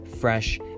fresh